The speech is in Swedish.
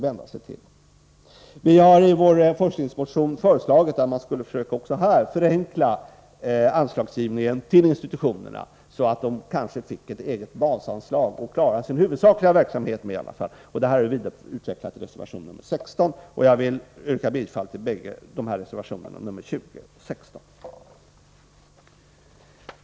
Vi har i vår forskningsmotion föreslagit att man också här skulle förenkla anslagsgivningen till institutionerna, kanske genom att dessa får ett eget basanslag, som de skulle klara åtminstone sin huvudsakliga verksamhet med. Detta resonemang har vi vidareutvecklat i reservtion 16. Jag yrkar bifall till reservationerna 20 och 16.